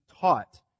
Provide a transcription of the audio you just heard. taught